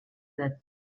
that